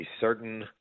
certain